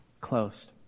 closed